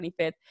25th